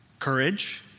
Courage